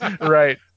Right